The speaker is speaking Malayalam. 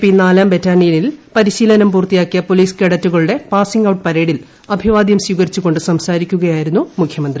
പി നാലാം ബറ്റാലിയനിൽ പരിശീലനം പൂർത്തിയാക്കിയ പോലീസ് കേഡറ്റുകളുടെ പാസിംഗ് ഔട്ട് പരേഡിൽ സ്വീകരിച്ചുകൊണ്ട് അഭിവാദ്യം സംസാരിക്കുകയായിരുന്നു മുഖ്യമന്ത്രി